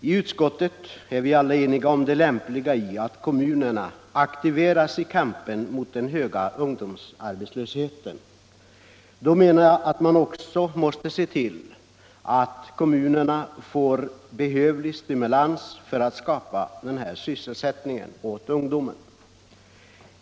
I utskottet är vi alla eniga om det lämpliga i att kommunerna aktiveras i kampen mot den höga ungdomsarbetslösheten. Då menar jag att man också måste se till att kommunerna får behövlig stimulans för att skapa denna sysselsättning åt ungdomen.